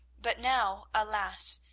but now, alas,